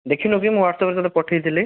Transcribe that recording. ଦେଖିନୁକି ମୁଁ ହ୍ୱାଟ୍ସପ୍ ରେ ତୋତେ ପଠେଇଥିଲି